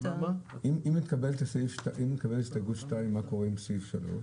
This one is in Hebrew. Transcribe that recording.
אם תתקבל הסתייגות 2, מה קורה עם הסתייגות 3?